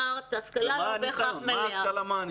אמרת, השכלה לא בהכרח מלאה.